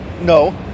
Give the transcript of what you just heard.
No